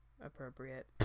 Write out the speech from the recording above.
appropriate